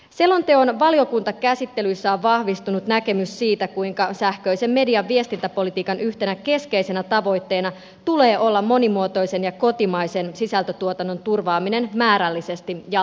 selonteon valiokuntakäsittelyssä on vahvistunut näkemys siitä kuinka sähköisen median viestintäpolitiikan yhtenä keskeisenä tavoitteena tulee olla monimuotoisen ja kotimaisen sisältötuotannon turvaaminen määrällisesti ja laadullisesti